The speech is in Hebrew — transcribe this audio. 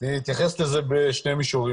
אני אתייחס לזה בשני מישורים.